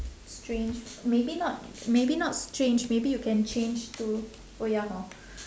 strange maybe not maybe not strange maybe you can change to oh ya hor